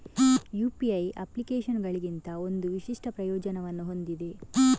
UPI ಅಪ್ಲಿಕೇಶನುಗಳಿಗಿಂತ ಒಂದು ವಿಶಿಷ್ಟ ಪ್ರಯೋಜನವನ್ನು ಹೊಂದಿದೆ